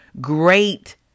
great